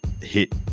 hit